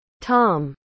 Tom